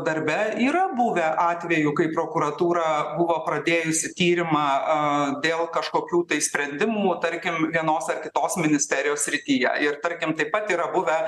darbe yra buvę atvejų kai prokuratūra buvo pradėjusi tyrimą dėl kažkokių sprendimų tarkim vienos ar kitos ministerijos srityje ir tarkim taip pat yra buvę